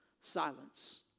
silence